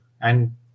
And-